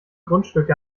grundstücke